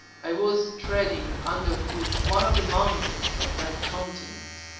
i was treading underfoot one of the mountains of that continent!